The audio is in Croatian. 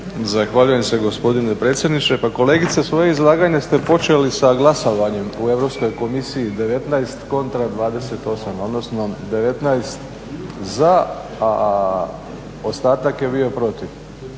Zahvaljujem se gospodine predsjedniče. Pa kolegice, svoje izlaganje ste počeli sa glasovanjem u Europskoj komisiji, 19 kontra 28, odnosno 19 za, a ostatak je bio protiv.